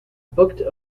booked